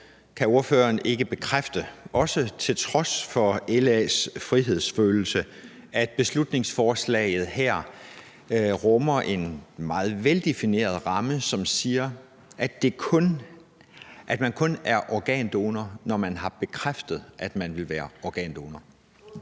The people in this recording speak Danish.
Kan ordføreren ikke bekræfte – også til trods for LA's frihedsfølelse – at beslutningsforslaget her rummer en meget veldefineret ramme, som er, at man kun er organdonor, når man har bekræftet, at man vil være organdonor?